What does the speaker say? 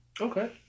Okay